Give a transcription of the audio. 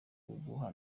kuguha